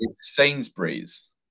sainsbury's